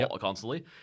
constantly